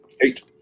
Eight